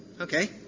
okay